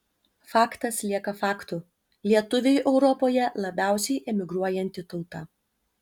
faktas lieka faktu lietuviai europoje labiausiai emigruojanti tauta